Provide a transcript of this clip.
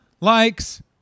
likes